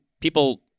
people